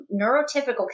Neurotypical